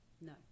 No